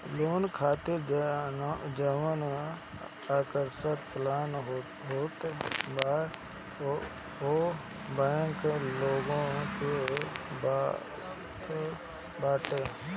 loan खातिर जवन आकर्षक प्लान होत बा उहो बैंक लोग के बतावत बाटे